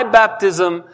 baptism